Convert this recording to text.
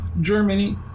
Germany